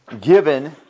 given